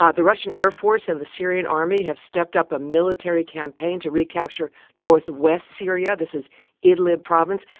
ah the russian air force and the syrian army have stepped up a military campaign to recapture northwest syria. this is idlib province.